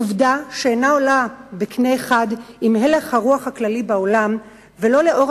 עובדה שאיננה עולה בקנה אחד עם הלך הרוח הכללי